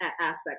aspects